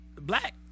black